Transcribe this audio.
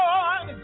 Lord